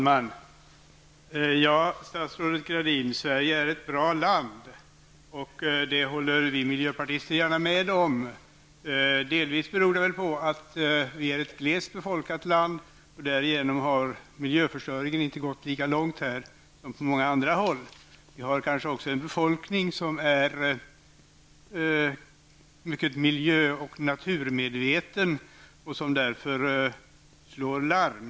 Fru talman! Sverige är ett bra land, statsrådet Gradin. Det håller vi miljöpartister gärna med om. Delvis beror det på att Sverige är ett glest befolkat land, och därigenom har miljöförstöringen inte gått lika långt här som på många andra håll. Vi har kanske också en befolkning som är mycket miljöoch naturmedveten och som därför slår larm.